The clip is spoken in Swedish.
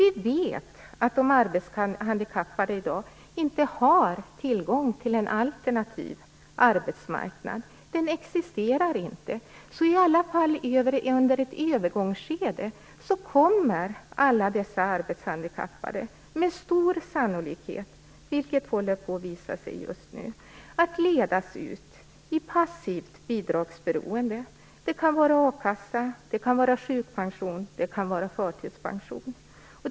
Vi vet att de arbetshandikappade i dag inte har tillgång till en alternativ arbetsmarknad. Den existerar inte. Så i alla fall i ett övergångsskede kommer alla dessa arbetshandikappade med stor sannolikhet - vilket håller på att visa sig just nu - att ledas ut i passivt bidragsberoende av a-kassa, sjukpension eller förtidspension.